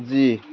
যি